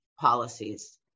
policies